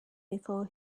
before